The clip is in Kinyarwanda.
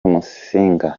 musinga